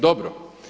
Dobro.